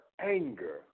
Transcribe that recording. anger